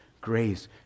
grace